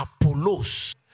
Apollos